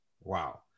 wow